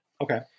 Okay